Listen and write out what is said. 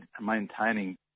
maintaining